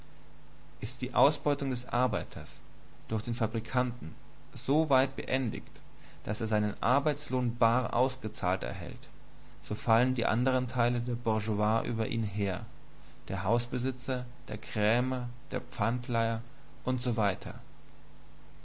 ist die ausbeutung des arbeiters durch den fabrikanten so weit beendigt daß er seinen arbeitslohn bar ausgezahlt erhält so fallen die anderen teile der bourgeoisie über ihn her der hausbesitzer der krämer der pfandleiher usw